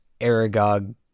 Aragog